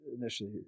initially